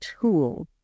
tool